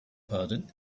pardon